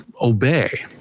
obey